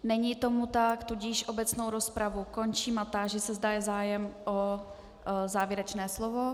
Není tomu tak, tudíž obecnou rozpravu končím a táži se, zda je zájem o závěrečné slovo.